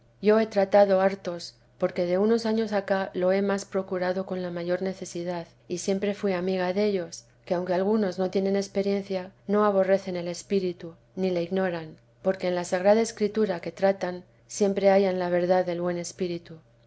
yo he tratado hartos porque de unos años acá lo he más procurado con la mayor necesidad y siempre fui amiga dellos que aunque algunos no tienen experiencia no aborrecen el espíritu ni le ignoran porque en la sagrada escritura que tratan siempre hallan la verdad del buen espíritu